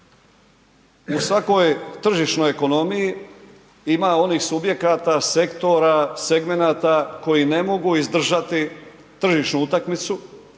U svakoj tržišnoj ekonomiji ima onih subjekata, sektora, segmenata koji ne mogu izdržati tržišnu utakmicu